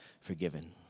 forgiven